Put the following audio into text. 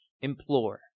implore